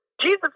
Jesus